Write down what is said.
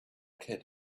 kid